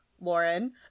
Lauren